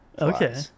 Okay